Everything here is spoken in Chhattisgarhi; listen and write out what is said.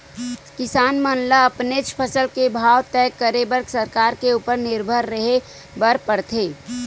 किसान मन ल अपनेच फसल के भाव तय करे बर सरकार के उपर निरभर रेहे बर परथे